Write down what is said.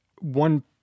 one